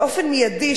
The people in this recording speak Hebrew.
באופן מיידי,